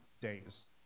days